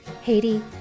Haiti